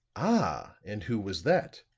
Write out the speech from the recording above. ah! and who was that?